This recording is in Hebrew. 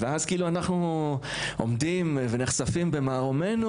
ואז כאילו אנחנו עומדים ונחשפים במערומינו